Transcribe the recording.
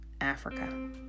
Africa